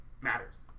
matters